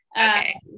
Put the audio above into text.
Okay